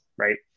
right